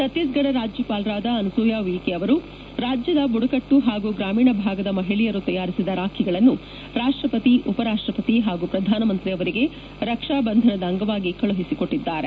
ಛತ್ತೀಸ್ಗಢ ರಾಜ್ಯಪಾಲರಾದ ಅನುಸೂಯ ಉಯಿಕೆ ಅವರು ರಾಜ್ಯದ ಬುಡಕಟ್ಟು ಹಾಗೂ ಗ್ರಾಮೀಣ ಭಾಗದ ಮಹಿಳೆಯರು ತಯಾರಿಸಿದ ರಾಖಿಗಳನ್ನು ರಾಷ್ಟ್ರಪತಿ ಉಪರಾಷ್ಟ್ರಪತಿ ಹಾಗು ಪ್ರಧಾನಮಂತ್ರಿ ಅವರಿಗೆ ರಕ್ಷಾಬಂಧನದ ಅಂಗವಾಗಿ ಕಳುಹಿಸಿಕೊಟ್ಟಿದ್ದಾರೆ